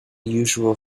usual